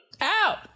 Out